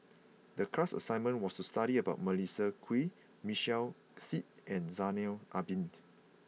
the class assignment was to study about Melissa Kwee Michael Seet and Zainal Abidin